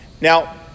Now